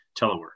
telework